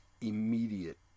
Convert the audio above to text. immediate